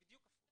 זה בדיוק הפוך.